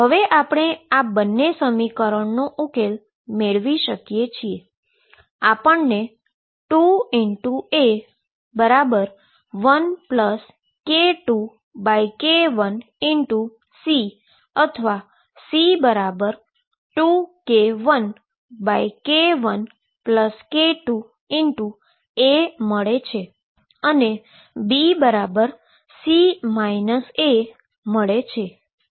હવે આપણે આ બંને સમીકરણનો ઉકેલ મેળવી શકીએ છીએ અને આપણને 2A1k2k1C અથવા C2k1k1k2A મળે છે અને BC A મળે છે